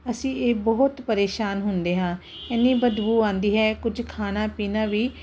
ਅਸੀਂ ਇਹ ਬਹੁਤ ਪਰੇਸ਼ਾਨ ਹੁੰਦੇ ਹਾਂ ਇੰਨੀ ਬਦਬੂ ਆਉਂਦੀ ਹੈ ਕੁਝ ਖਾਣਾ ਪੀਣਾ ਵੀ